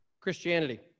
Christianity